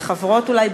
וחברות אולי,